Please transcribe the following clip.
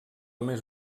més